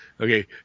Okay